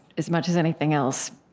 as much as anything else,